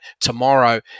tomorrow